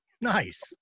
Nice